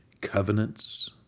covenants